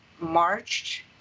marched